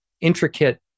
intricate